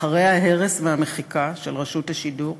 לאחר ההרס והמחיקה של רשות השידור,